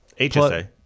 hsa